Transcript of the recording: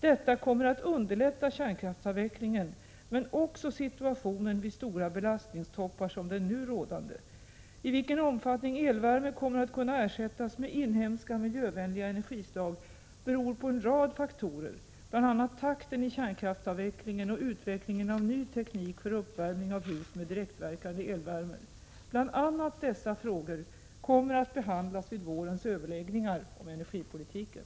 Detta kommer att underlätta kärnkraftsavvecklingen men också förbättra situationen vid stora belastningstoppar som den nu rådande. I vilken omfattning elvärme kommer att kunna ersättas med inhemska, miljövänliga energislag beror på en rad olika faktorer, bl.a. takten i kärnkraftsavvecklingen och utvecklingen av ny teknik för uppvärmning av hus med direktverkande elvärme. Bl. a. dessa frågor kommer att behandlas vid vårens överläggningar om energipolitiken.